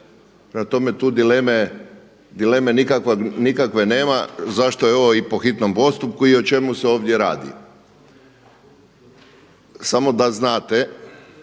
tome, tu dileme nikakve nema. Zašto je ovo i po hitnom postupku i o čemu se ovdje radi? Samo da znate,